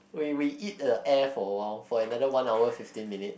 we we eat the air for awhile for another one hour fifteen minutes